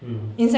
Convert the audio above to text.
mm